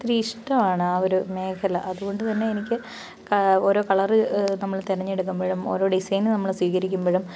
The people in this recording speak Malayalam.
ഒത്തിരി ഇഷ്ടമാണ് ആ ഒരു മേഖല അതുകൊണ്ട് തന്നെ എനിക്ക് ഓരോ കളർ നമ്മൾ തിരഞ്ഞെടുക്കുമ്പോഴും ഓരോ ഡിസൈൻ നമ്മൾ സ്വീകരിക്കുമ്പോഴും